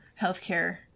healthcare